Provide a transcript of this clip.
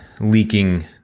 leaking